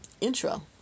Intro